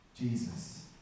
Jesus